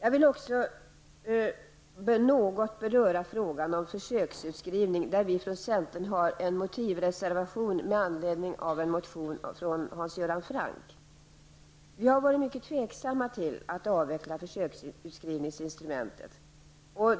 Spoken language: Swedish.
Jag vill också något beröra frågan om försöksutskrivning där vi från centern har en motivreservation med anledning av en motion av Hans Göran Franck. Vi har varit mycket tveksamma till att avveckla försöksutskrivningsinstrumentet.